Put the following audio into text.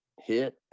hit